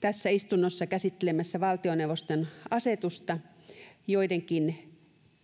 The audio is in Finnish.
tässä istunnossa käsittelemässä valtioneuvoston asetusta joidenkin